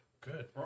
Good